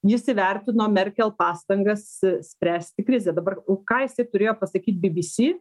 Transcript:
jis įvertino merkel pastangas spręsti krizę dabar o ką jisai turėjo pasakyt bbc